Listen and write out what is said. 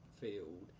field